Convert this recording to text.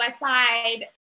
Westside